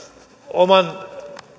oman